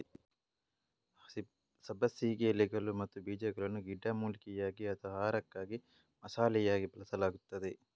ಸಬ್ಬಸಿಗೆ ಎಲೆಗಳು ಮತ್ತು ಬೀಜಗಳನ್ನು ಗಿಡಮೂಲಿಕೆಯಾಗಿ ಅಥವಾ ಆಹಾರಕ್ಕಾಗಿ ಮಸಾಲೆಯಾಗಿ ಬಳಸಲಾಗುತ್ತದೆ